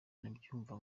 ndabyumva